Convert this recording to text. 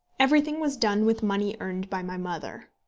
everything was done with money earned by my mother.